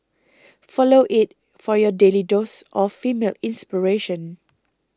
follow it for your daily dose of female inspiration